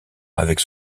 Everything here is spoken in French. avec